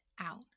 out